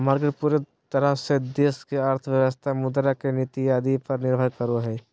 market पूरे तरह से देश की अर्थव्यवस्था मुद्रा के नीति आदि पर निर्भर करो हइ